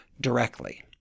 directly